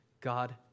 God